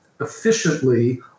efficiently